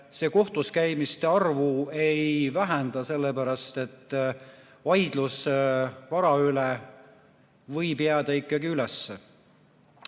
see kohtuskäimiste arvu ei vähenda, sellepärast et vaidlus vara üle võib jääda ikkagi üles.